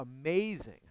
amazing